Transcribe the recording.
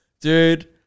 dude